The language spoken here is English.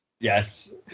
Yes